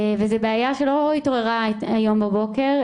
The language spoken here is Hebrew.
וזו בעיה שלא התעוררה היום בבוקר,